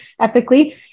ethically